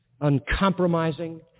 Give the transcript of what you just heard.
uncompromising